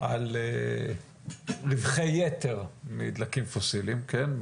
על ריווחי יתר מדלקים פוסיליים, כן?